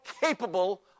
capable